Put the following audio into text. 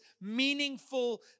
meaningful